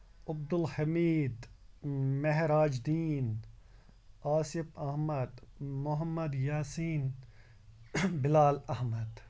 Abdul Hamid Mehraj Uddin Asif Ahmad Mohammad Yasin Bilal Ahmad